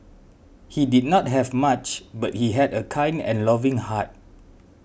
he did not have much but he had a kind and loving heart